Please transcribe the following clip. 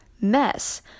mess